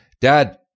Dad